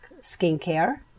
Skincare